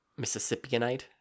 Mississippianite